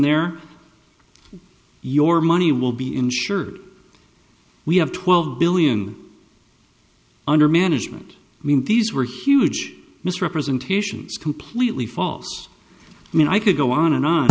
there your money will be insured we have twelve billion under management i mean these were huge misrepresentations completely false and i could go on and on